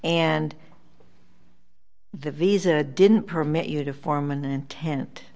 and the visa didn't permit you to form an intent